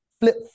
flip